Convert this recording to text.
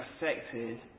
affected